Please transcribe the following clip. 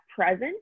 present